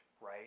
right